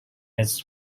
its